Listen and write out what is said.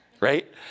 Right